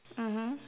mmhmm